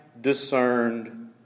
discerned